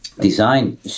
design